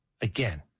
Again